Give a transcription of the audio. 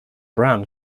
brown